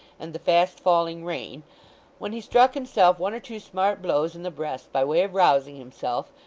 and the fast-falling rain when he struck himself one or two smart blows in the breast by way of rousing himself,